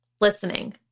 listening